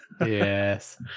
Yes